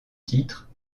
titre